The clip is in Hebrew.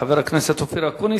חבר הכנסת אופיר אקוניס.